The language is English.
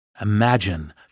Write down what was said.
Imagine